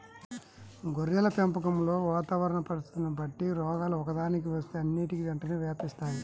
గొర్రెల పెంపకంలో వాతావరణ పరిస్థితులని బట్టి రోగాలు ఒక్కదానికి వస్తే అన్నిటికీ వెంటనే వ్యాపిస్తాయి